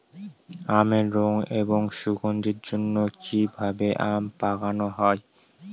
আমের রং এবং সুগন্ধির জন্য কি ভাবে আম পাকানো হয়?